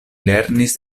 lernis